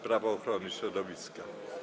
Prawo ochrony środowiska.